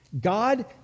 God